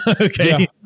Okay